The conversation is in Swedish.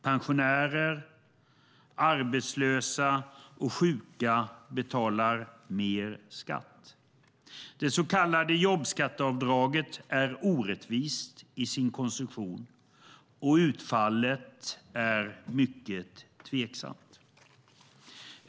Pensionärer, arbetslösa och sjuka betalar mer skatt. Det så kallade jobbskatteavdraget är orättvist i sin konstruktion, och utfallet är mycket tveksamt.